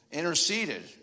interceded